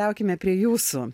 keliaukime prie jūsų